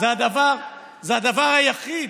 זה הדבר היחיד,